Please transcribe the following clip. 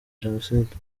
jenoside